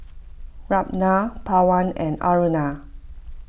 Ramnath Pawan and Aruna